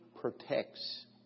protects